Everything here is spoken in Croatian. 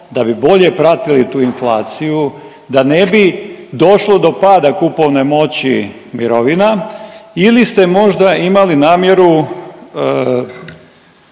da bi bolje pratili tu inflaciju, da ne bi došlo do pada kupovne moći mirovina ili ste možda imali namjeru